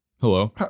Hello